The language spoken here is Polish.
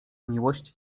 miłość